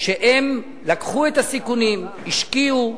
שהם לקחו את הסיכונים, השקיעו,